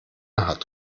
hat